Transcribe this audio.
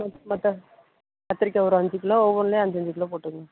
okay மற்ற கத்திரிக்காய் ஒரு அஞ்சுக் கிலோ ஒவ்வொன்றுலையும் அஞ்சு அஞ்சு கிலோ போட்டுக்குங்க